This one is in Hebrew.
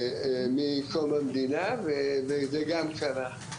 מקום המדינה וזה גם קרה.